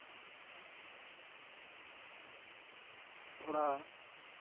ᱛᱚᱲᱟ